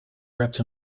wrapped